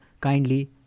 kindly